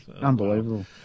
unbelievable